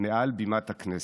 מעל בימת הכנסת.